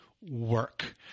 work